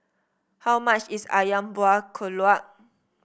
how much is ayam Buah Keluak